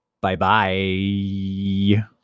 Bye-bye